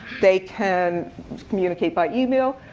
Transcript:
they can communicate by email.